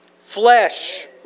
flesh